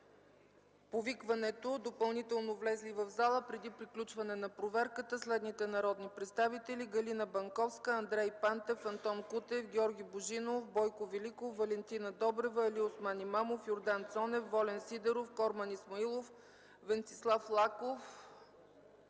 повикването допълнително влезли в залата преди приключването на проверката следните народни представители: Галина Банковска, Андрей Пантев, Антон Кутев, Георги Божинов, Бойко Великов, Валентина Добрева, Алиосман Имамов, Йордан Цонев, Волен Сидеров, Корман Исмаилов, Венцислав Лаков,